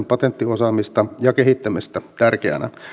patenttiosaamista ja sen kehittämistä tärkeänä